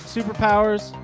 Superpowers